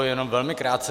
Jenom velmi krátce.